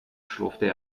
schlurfte